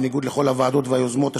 בניגוד לכל הוועדות והיוזמות השונות,